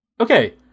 Okay